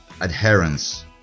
adherence